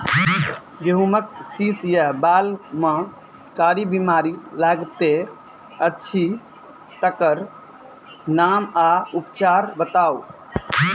गेहूँमक शीश या बाल म कारी बीमारी लागतै अछि तकर नाम आ उपचार बताउ?